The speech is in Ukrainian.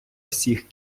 всіх